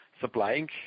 supplying